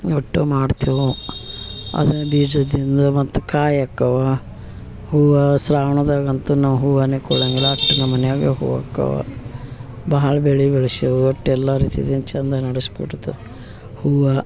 ಒಟ್ಟು ಮಾಡ್ತೇವೆ ಅದೇ ಬೀಜದಿಂದ ಮತ್ತೆ ಕಾಯಕ್ಕವೆ ಹೂವು ಶ್ರಾವಣದಾಗ ಅಂತೂ ನಾವು ಹೂವನ್ನೇ ಕೊಳ್ಳಂಗಿಲ್ಲ ಅಷ್ಟ್ ನಮ್ಮ ಮನೆಯಾಗೆ ಹೂ ಅಕ್ಕವ ಭಾಳ ಬೆಳೆ ಬೆಳ್ಸೇವು ಒಟ್ಟು ಎಲ್ಲ ರೀತಿದಿಂದ ಚಂದ ನಡಸ್ಕೊಡ್ತೇವ್ ಹೂವು